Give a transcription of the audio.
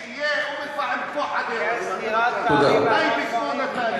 בוא תיתן לי שיהיה אום-אל-פחם כמו חדרה כמו נתניה.